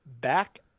Back